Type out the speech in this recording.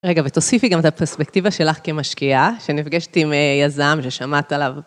רגע, ותוסיפי גם את הפרספקטיבה שלך כמשקיעה, שנפגשת עם יזם ששמעת עליו.